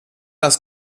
das